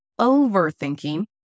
Overthinking